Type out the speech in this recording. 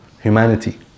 humanity